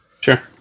sure